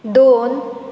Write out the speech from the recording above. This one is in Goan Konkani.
दोन